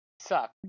Suck